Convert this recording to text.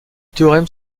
théorème